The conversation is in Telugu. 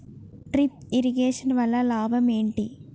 డ్రిప్ ఇరిగేషన్ వల్ల లాభం ఏంటి?